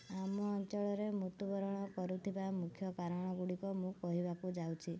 ଆମ ଅଞ୍ଚଳରେ ମୃତ୍ୟୁବରଣ କରୁଥିବା ମୁଖ୍ୟ କାରଣଗୁଡ଼ିକ ମୁଁ କହିବାକୁ ଯାଉଛି